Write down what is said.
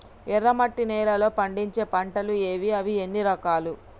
ఎర్రమట్టి నేలలో పండించే పంటలు ఏవి? అవి ఎన్ని రకాలు?